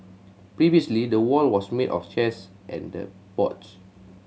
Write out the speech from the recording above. previously the wall was made of chairs and and boards